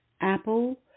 Apple